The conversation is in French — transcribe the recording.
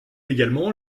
également